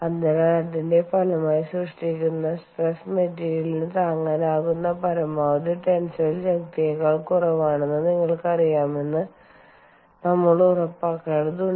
അതിനാൽ അതിന്റെ ഫലമായി സൃഷ്ടിക്കുന്ന സ്ട്രെസ് മെറ്റീരിയലിന് താങ്ങാനാകുന്ന പരമാവധി ടെൻസൈൽ ശക്തിയേക്കാൾ കുറവാണെന്ന് നിങ്ങൾക്കറിയാമെന്ന് നമ്മൾ ഉറപ്പാക്കേണ്ടതുണ്ട്